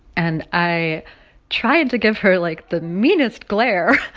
and i tried to give her, like, the meanest glare,